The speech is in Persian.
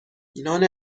نان